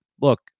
look